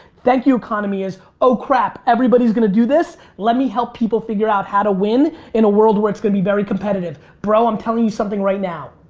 thank you economy is, oh crap, everybody's going to do this, let me help people figure out how to win in a world where it's going to be very competitive. bro, i'm telling you something right now.